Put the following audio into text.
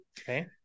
okay